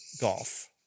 golf